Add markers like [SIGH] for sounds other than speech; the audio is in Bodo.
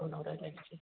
[UNINTELLIGIBLE]